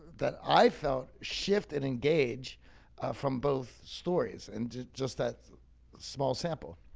that i felt shifted, engage from both stories and just, just that small sample.